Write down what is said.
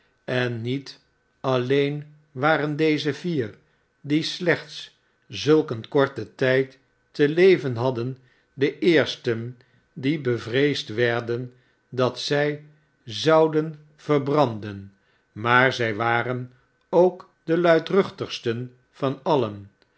en niet alleen waren deze vier die sleehts zulk een korten tijd te leven hadden de eersten die bevreesd werden dat zij zouden yerbranded maar zij waren k de luidruchtigsten van alien